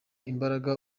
imbaraga